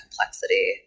complexity